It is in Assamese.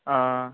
অঁ